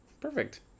Perfect